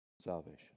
salvation